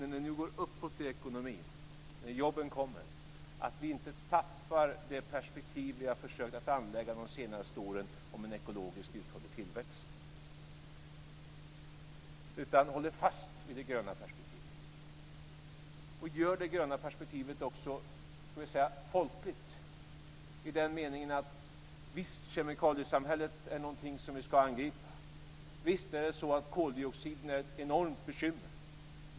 När det nu går uppåt i ekonomin, när jobben kommer, är det viktigt att vi inte tappar det perspektiv vi har försökt att anlägga de senaste åren om en ekologiskt uthållig tillväxt. Visst är kemikaliesamhället något vi ska angripa. Visst är det så att koldioxiden är ett enormt bekymmer.